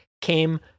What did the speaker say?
came